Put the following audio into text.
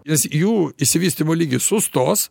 nes jų išsivystymo lygis sustos